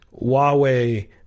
Huawei